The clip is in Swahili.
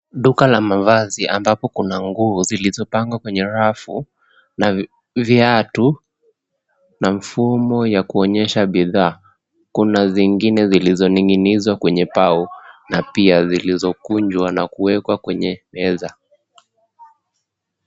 Duka la mavazi ambapo kuna nguo zilizopangwa kwenye rafu, na vi, viatu, na mfumo ya kuonyesha bidhaa. Kuna zingine zilizoning'inizwa kwenye pau, na pia zilizokunjwa, na kuwekwa kwenye meza.